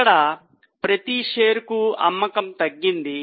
ఇక్కడ ప్రతి షేరుకు అమ్మకము తగ్గింది